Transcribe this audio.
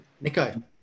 Nico